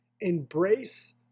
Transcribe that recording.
Embrace